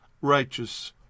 righteous